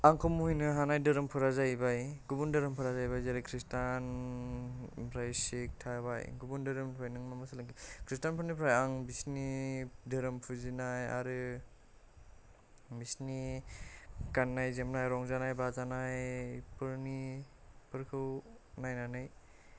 आंखौ मुहिनो हानाय धोरोमफोरा जाहैबाय गुबुन धोरोमफोरा जाहैबाय जेरै खृषटान ओमफ्राय सिख थाबाय गुबुन धोरोमनिफ्राय नों मा मा सोलोंखो खृषटान फोरनिफ्राय आं बिसिनि धोरोम फुजिनाय आरो बिसिनि गाननाय जोमनाय रंजानाय बाजानायफोरनि फोरखौ नायनानै